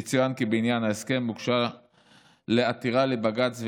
יצוין כי בעניין ההסכם הוגשה עתירה לבג"ץ,